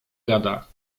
gada